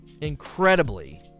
incredibly